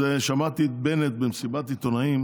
שמעתי את בנט אומר במסיבת עיתונאים